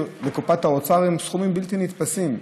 לקופת האוצר הם סכומים בלתי נתפסים: